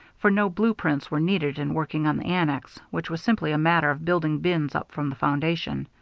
for no blue prints were needed in working on the annex, which was simply a matter of building bins up from the foundation.